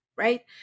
Right